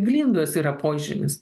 glindos yra požymis